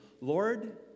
Lord